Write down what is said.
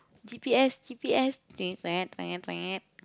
G_P_S G_P_S